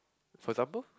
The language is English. for example